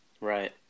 Right